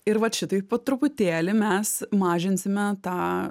ir vat šitaip po truputėlį mes mažinsime tą